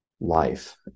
life